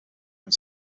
its